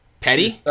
Petty